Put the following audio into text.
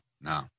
No